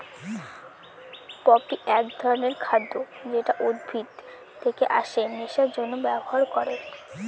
poppy এক ধরনের খাদ্য যেটা উদ্ভিদ থেকে আছে নেশার জন্যে ব্যবহার করে